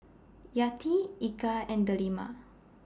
Yati Eka and Delima